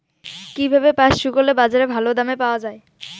কীভাবে পাট শুকোলে বাজারে ভালো দাম পাওয়া য়ায়?